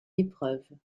épreuve